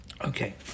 Okay